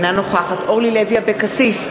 אינה נוכחת אורלי לוי אבקסיס,